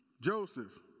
Joseph